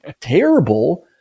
terrible